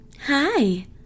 Hi